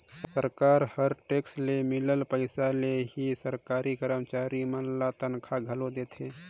सरकार ह टेक्स ले मिलल पइसा ले ही सरकारी करमचारी मन ल तनखा घलो देथे